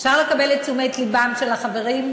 אפשר לקבל את תשומת לבם של החברים?